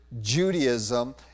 Judaism